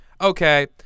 okay